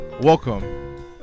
Welcome